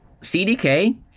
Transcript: CDK